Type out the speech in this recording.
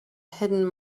hidden